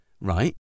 right